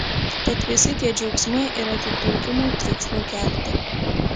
tad visi tie džiaugsmai yra tik rinkimų triukšmui kelti